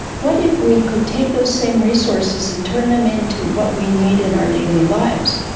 what if we could take those same resources and turn them into what we need in our daily lives?